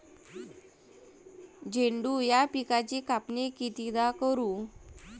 झेंडू या पिकाची कापनी कितीदा करू?